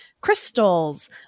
crystals